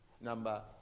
number